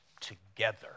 together